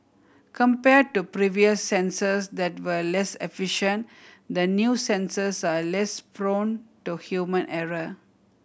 compared to previous sensors that were less efficient the new sensors are less prone to human error